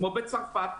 כמו בצרפת,